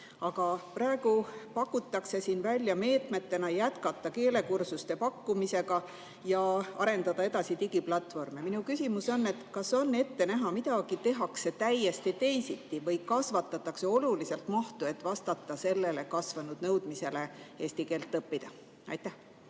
Aga siin pakutakse meetmetena välja: jätkata keelekursuste pakkumist ja arendada edasi digiplatvormi. Minu küsimus: kas on ette näha, et midagi tehakse täiesti teisiti või kasvatatakse oluliselt mahtu, et vastata kasvanud nõudmisele eesti keelt õppida. Aitäh,